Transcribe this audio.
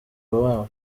babo